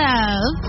Love